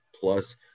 plus